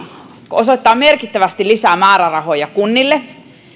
osoittaa merkittävästi lisää määrärahoja kunnille